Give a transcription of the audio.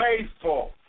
faithful